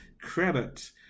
credit